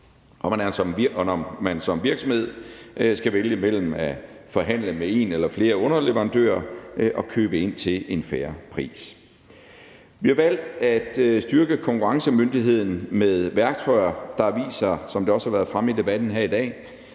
og når man som virksomhed skal vælge mellem at forhandle med en eller flere underleverandører og købe ind til en fair pris. Vi har valgt at styrke konkurrencemyndigheden med værktøjer, der viser sig, som det også har været fremme i debatten i dag,